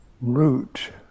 root